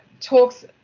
talks